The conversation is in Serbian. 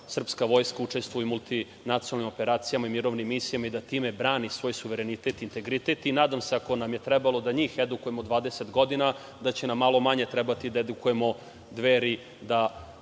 srpska Vojska učestvuje u multinacionalnim operacijama i mirovnim misijama i da time brani svoj suverenitet i integritet. Nadam se ako nam je trebalo da njih redukujemo 20 godina, da će nam malo manje trebati da edukujemo Dveri da